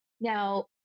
Now